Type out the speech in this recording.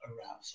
arousal